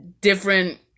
different